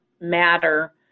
matter